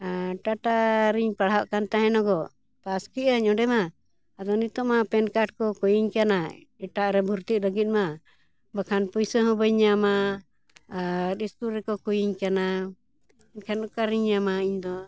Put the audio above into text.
ᱴᱟᱴᱟᱨᱤᱧ ᱯᱟᱲᱦᱟᱜ ᱠᱟᱱ ᱛᱟᱦᱮᱱᱟ ᱜᱚ ᱯᱟᱥ ᱠᱮᱜᱼᱟᱹᱧ ᱚᱸᱰᱮ ᱢᱟ ᱟᱫᱚ ᱱᱤᱛᱚᱜ ᱢᱟ ᱯᱮᱱ ᱠᱟᱨᱰ ᱠᱚ ᱠᱩᱭᱤᱧ ᱠᱟᱱᱟ ᱮᱴᱟᱜ ᱨᱮ ᱵᱷᱚᱨᱛᱤᱜ ᱞᱟᱹᱜᱤᱫ ᱢᱟ ᱵᱟᱠᱷᱟᱱ ᱯᱩᱭᱥᱟᱹ ᱦᱚᱸ ᱵᱟᱹᱧ ᱧᱟᱢᱟ ᱟᱨ ᱥᱠᱩᱞ ᱨᱮᱠᱚ ᱠᱩᱭᱤᱧ ᱠᱟᱱᱟ ᱮᱱᱠᱷᱟᱱ ᱚᱠᱟᱨᱤᱧ ᱧᱟᱢᱟ ᱤᱧ ᱫᱚ